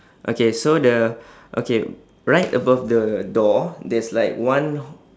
okay so the okay right above the door there's like one